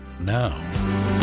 now